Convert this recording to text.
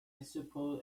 suppose